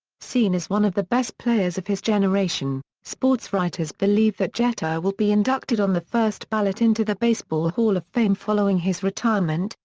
seen as one of the best players of his generation, sportswriters believe that jeter will be inducted on the first ballot into the baseball hall of fame following his retirement,